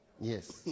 Yes